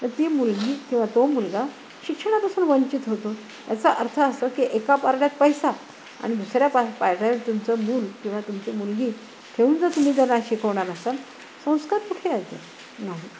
तर ती मुलगी किंवा तो मुलगा शिक्षणापासून वंचित होतो याचा अर्थ असा की एका पारड्यात पैसा आणि दुसऱ्या पा पारड्यात तुमचं मुूल किंवा तुमची मुलगी ठेऊन जर तुम्ही त्यांना जर शिकवणार असाल संस्कार कुठे आहे याच्यात नाही